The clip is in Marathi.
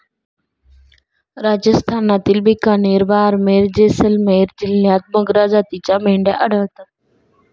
राजस्थानातील बिकानेर, बारमेर, जैसलमेर जिल्ह्यांत मगरा जातीच्या मेंढ्या आढळतात